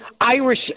Irish